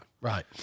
Right